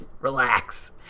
relax